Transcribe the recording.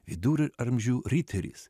viduramžių riteris